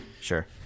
sure